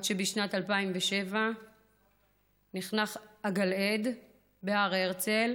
עד שבשנת 2007 נחנך הגלעד בהר הרצל.